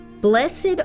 Blessed